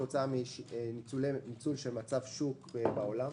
כתוצאה מניצול של מצב שוק בעולם,